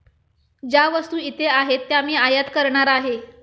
ज्या वस्तू इथे आहेत त्या मी आयात करणार आहे